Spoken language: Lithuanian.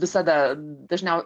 visada dažniau